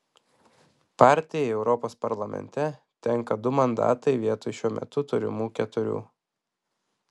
partijai europos parlamente tenka du mandatai vietoj šiuo metu turimų keturių